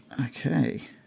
Okay